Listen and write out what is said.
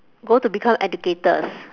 go to become educators